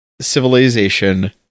civilization